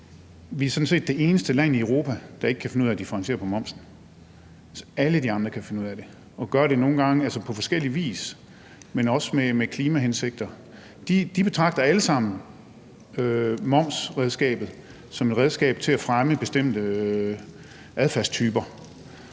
vi er sådan set det eneste land i Europa, der ikke kan finde ud af at differentiere på momsen. Alle de andre kan finde ud af det og gør det nogle gange på forskellig vis, men også med klimahensigter. De betragter alle sammen momsredskabet som et redskab til at fremme bestemte adfærdstyper.